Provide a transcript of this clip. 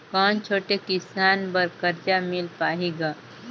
कौन छोटे किसान बर कर्जा मिल पाही ग?